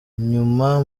inyuma